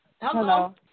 Hello